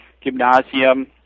gymnasium